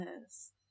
Yes